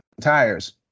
tires